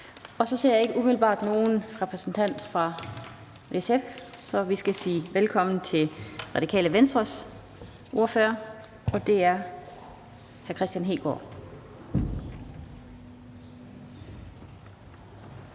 godt. Jeg ser ikke umiddelbart nogen repræsentant for SF, så vi skal sige velkommen til Radikale Venstres ordfører, og det er hr. Kristian Hegaard.